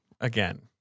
again